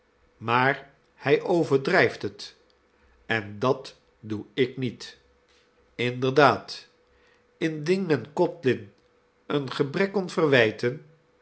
maar hij overdrijft het en dat doe ik niet inderdaad indien men codlin een gebrek kon verwijten